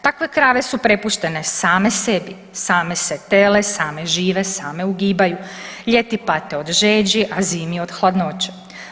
Takve krave su prepuštene same sebi, same se tele, same žive, same ugibaju, ljeti pate od žeđi, a zimi od hladnoće.